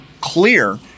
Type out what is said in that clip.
clear